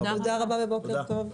תודה לכולם ובוקר טוב.